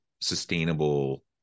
sustainable